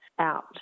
out